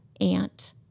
aunt